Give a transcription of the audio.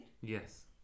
Yes